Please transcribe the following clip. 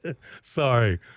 Sorry